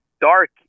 dark